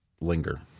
linger